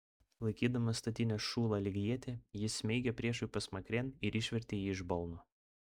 laikydamas statinės šulą lyg ietį jis smeigė priešui pasmakrėn ir išvertė jį iš balno